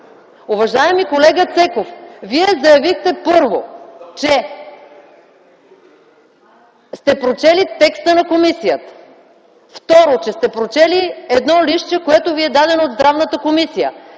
Уважаеми колега Цеков, Вие заявихте: първо, че сте прочели текста на комисията; второ, че сте прочели едно листче, което Ви е дадено от Комисията